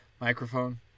microphone